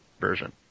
version